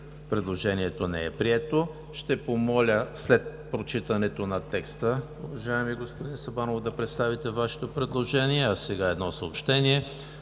Предложението не е прието. Ще помоля след прочитането на текста, уважаеми господин Сабанов, да представите Вашето предложение. А сега едно съобщение.